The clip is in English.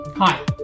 Hi